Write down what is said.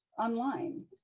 online